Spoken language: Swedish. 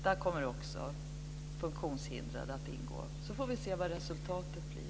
Där kommer också funktionshindrade att ingå, så får vi se vad resultatet blir.